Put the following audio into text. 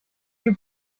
you